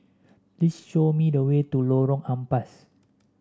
please show me the way to Lorong Ampas